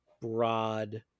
broad